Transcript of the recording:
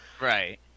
Right